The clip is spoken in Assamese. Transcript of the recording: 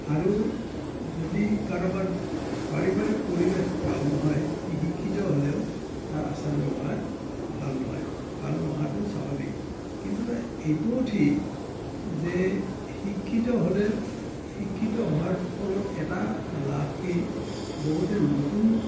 আৰু যদি কাৰোবাৰ পাৰিবাৰিক পৰিৱেশ ভাল নহয় সি শিক্ষিত হ'লেও তাৰ আচাৰ ব্যৱহাৰ ভাল নহয় ভাল নোহোৱাটো স্বাভাৱিক কিন্তু এইটোও ঠিক যে শিক্ষিত হ'লে শিক্ষিত হোৱাৰ ফলত এটা লাভ কি বহুতে নতুন